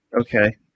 Okay